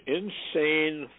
insane